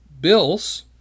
Bills